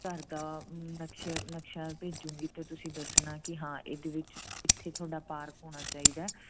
ਘਰ ਦਾ ਨਕਸ਼ੇ ਨਕਸ਼ਾ ਭੇਜੂਗੀ ਅਤੇ ਤੁਸੀਂ ਦੱਸਣਾ ਕਿ ਹਾਂ ਇਹਦੇ ਵਿੱਚ ਇਥੇ ਤੁਹਾਡਾ ਪਾਰਕ ਹੋਣਾ ਚਾਹੀਦਾ